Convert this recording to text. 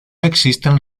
existen